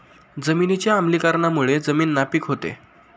जमिनीच्या आम्लीकरणामुळे जमीन नापीक होते